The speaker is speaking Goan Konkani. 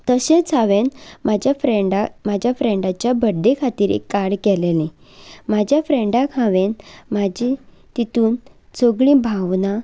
तशेंच हांवें म्हज्या फ्रेंडाक म्हज्या फ्रेंडाच्या बर्थडे खातीर एक कार्ड केलेलें म्हाज्या फ्रेंडाक हांवें म्हजी तितून सगळीं भावनां